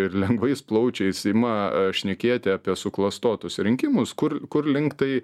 ir lengvais plaučiais ima šnekėti apie suklastotus rinkimus kur kurlink tai